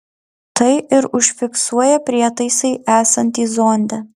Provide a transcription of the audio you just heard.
tai ir užfiksuoja prietaisai esantys zonde